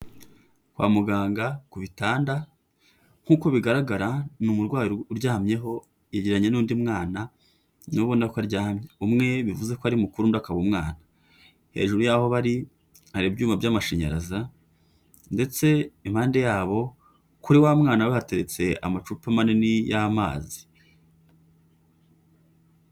Kwa muganga ku bitanda, nkuko bigaragara ni umurwayi uryamyeho, yegeranye n'undi mwana nawe ubona ko aryamye, umwe bivuze ko ari mukuru, undi akaba umwana, hejuru y'aho bari hari ibyuma by'amashanyarazi, ndetse impande yabo kuri wa mwana we hateretse amacupa manini y'amazi.